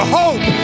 hope